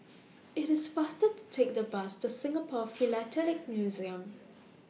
IT IS faster to Take The Bus to Singapore Philatelic Museum